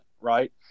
right